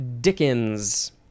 Dickens